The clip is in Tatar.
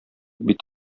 бит